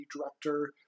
director